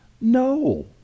No